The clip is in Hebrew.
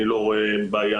אני לא רואה בעיה.